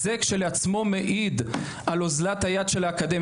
זה כשלעצמו מעיד על אוזלת היד של האקדמיה.